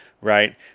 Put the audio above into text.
Right